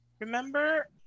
Remember